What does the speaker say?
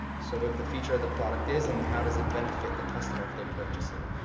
so what the feature of the product is and how does it benefit the customer if they purchase it.